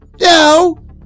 no